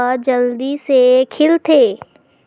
कोन से पौधा ह जल्दी से खिलथे?